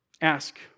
Ask